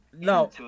no